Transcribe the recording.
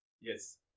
Yes